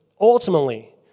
ultimately